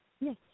Yes